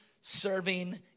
serving